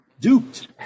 duped